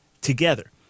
together